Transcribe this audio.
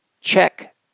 check